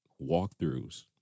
walkthroughs